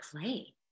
play